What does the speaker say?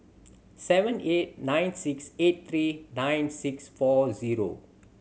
seven eight nine six eight three nine six four zero